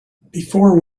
before